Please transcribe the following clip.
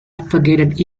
advocated